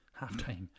Halftime